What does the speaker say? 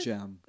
Jam